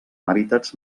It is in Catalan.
hàbitats